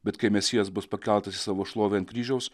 bet kai mesijas bus pakeltas į savo šlovę ant kryžiaus